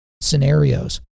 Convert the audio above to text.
scenarios